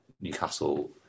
Newcastle